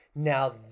Now